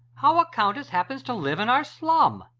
how a countess happens to live in our slum?